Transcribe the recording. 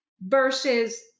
versus